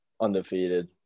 undefeated